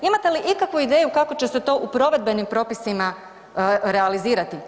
Imate li ikakvu ideju kako će se to u provedbenim propisima realizirati?